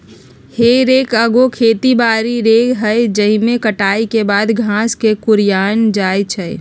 हे रेक एगो खेती बारी रेक हइ जाहिमे कटाई के बाद घास के कुरियायल जाइ छइ